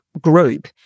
group